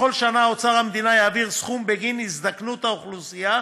בכל שנה אוצר המדינה יעביר סכום בגין הזדקנות האוכלוסייה,